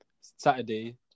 Saturday